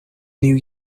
new